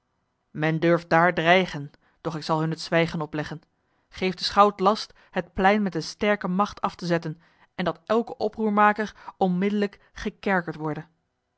men durft daar dreigen doch ik zal hun het zwijgen opleggen geef den schout last het plein met een sterke macht af te zetten en dat elke oproermaker onmiddellijk gekerkerd worde